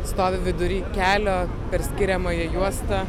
stovi vidury kelio per skiriamąją juostą